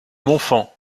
montfand